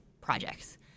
projects